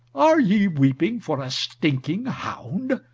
are ye weeping for a stinking hound?